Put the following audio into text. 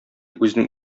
үзенең